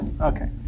Okay